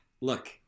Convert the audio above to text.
look